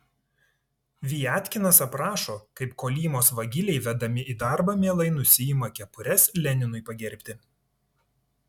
viatkinas aprašo kaip kolymos vagiliai vedami į darbą mielai nusiima kepures leninui pagerbti